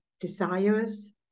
desires